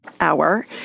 hour